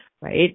right